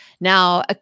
Now